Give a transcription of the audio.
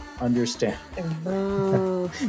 understand